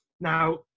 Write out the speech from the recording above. Now